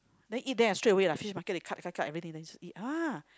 then eat there straight away lah Fish Market they cut cut everything and just eat !wah!